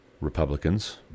Republicans